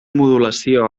modulació